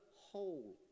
whole